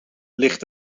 ligt